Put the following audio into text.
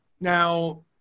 Now